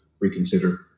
reconsider